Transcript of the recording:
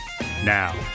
Now